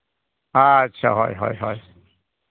ᱟᱪᱪᱷᱟ ᱦᱳᱭ ᱦᱳᱭ